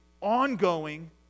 ongoing